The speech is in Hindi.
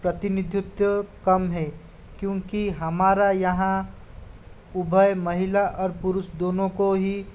प्रतिनिधित्व कम है क्योंकि हमारा यहाँ उभय महिला और पुरुष दोनों को ही